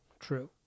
true